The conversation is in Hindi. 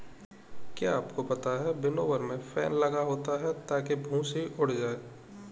क्या आपको पता है विनोवर में फैन लगा होता है ताकि भूंसी उड़ जाए?